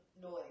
noise